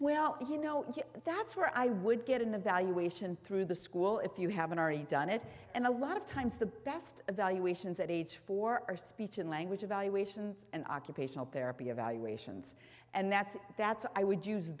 well you know that's where i would get an evaluation through the school if you haven't already done it and a lot of times the best evaluations at age four are speech and language evaluations and occupational therapy evaluations and that's that's i would use